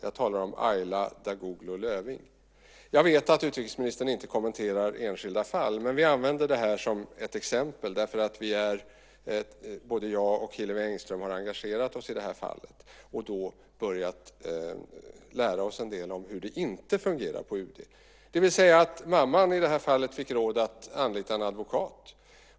Jag talar om Ayla Dagoglu Löfving. Jag vet att utrikesministern inte kommenterar enskilda fall, men vi använder detta som ett exempel. Både jag och Hillevi Engström har engagerat oss i fallet och har börjat lära oss en del om hur det inte fungerar på UD. Mamman fick i detta fall rådet att anlita en advokat.